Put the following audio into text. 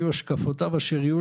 יהיו השקפותיו אשר יהיו,